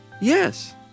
Yes